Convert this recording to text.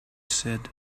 said